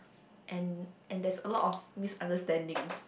and and there's a lot of misunderstanding